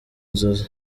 inzozi